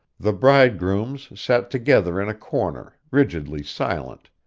the bridegrooms sat together in a corner, rigidly silent,